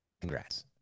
Congrats